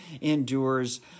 endures